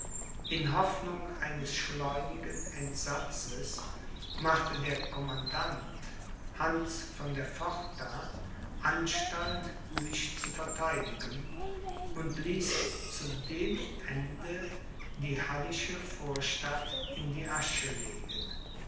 in hoffnung eines schleunigen entsatzes machte der commandant hans von der pforta anstalt sich zu vertheidigen und ließ zu dem ende die hallische vorstadt in die asche legen